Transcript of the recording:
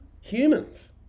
humans